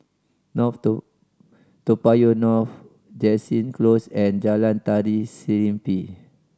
Toa Payoh North Jansen Close and Jalan Tari Serimpi